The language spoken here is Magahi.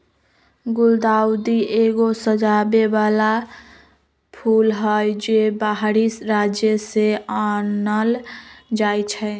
गुलदाऊदी एगो सजाबे बला फूल हई, जे बाहरी राज्य से आनल जाइ छै